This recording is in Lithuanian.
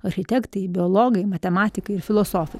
architektai biologai matematikai ir filosofai